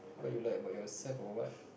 what you like about yourself or what